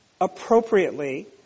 appropriately